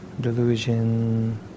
delusion